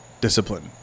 discipline